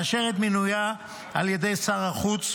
לאשר את מינויה על ידי שר החוץ,